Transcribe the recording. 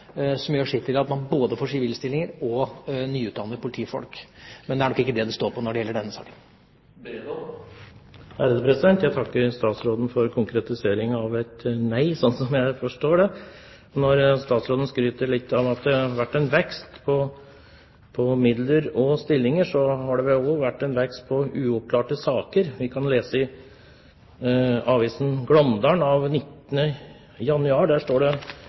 som gjør sitt til at man både får sivile stillinger og nyutdannede politifolk. Men det er nok ikke det det står på når det gjelder denne saken. Jeg takker statsråden for konkretiseringen av et nei, slik jeg forstår det. Statsråden skryter litt av at det har vært en vekst i midler og antall stillinger, men det har vel også vært en vekst i antall uoppklarte saker. Vi kan lese det som står i avisen Glåmdalen av 19. januar: «Janne-Mari er én av 5 779 uoppklarte saker.» Og det